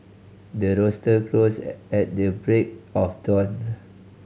the rooster crows at the break of dawn